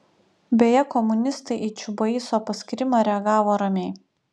beje komunistai į čiubaiso paskyrimą reagavo ramiai